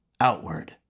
outward